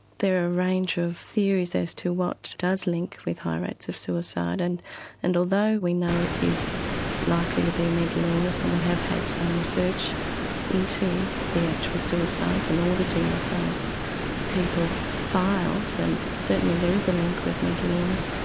there are a range of theories theories as to what does link with high rates of suicide, and and although we know it is likely to be mental illness and we have had some research into the actual suicides, an auditing of those people's files, and certainly there is a link with mental illness.